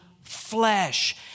flesh